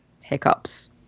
hiccups